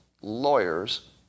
lawyers